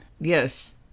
Yes